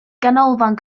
ganolfan